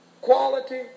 quality